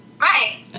Right